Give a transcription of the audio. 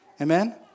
Amen